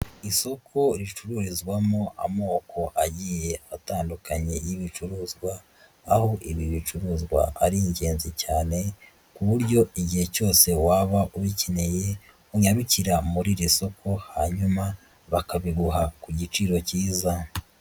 Isoko ricururizwamo amoko agiye atandukanye y'ibicuruzwa, aho ibi bicuruzwa ari ingenzi cyane ku buryo igihe cyose waba ubikeneye unyarukira muri iri soko hanyuma bakabiguha ku giciro kiza.